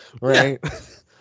right